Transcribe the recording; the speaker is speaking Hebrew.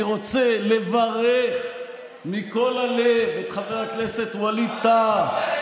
אני רוצה לברך מכל הלב את חבר הכנסת ווליד טאהא,